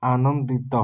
ଆନନ୍ଦିତ